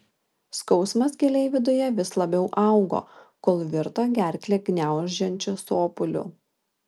skausmas giliai viduje vis labiau augo kol virto gerklę gniaužiančiu sopuliu